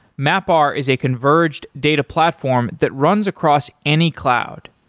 mapr is a converged data platform that runs across any cloud.